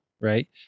right